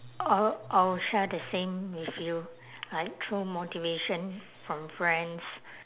I'll I'll share the same with you like through motivation from friends